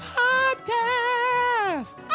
podcast